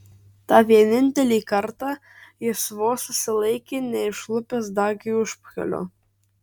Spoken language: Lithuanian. tą vienintelį kartą jis vos susilaikė neišlupęs dagiui užpakalio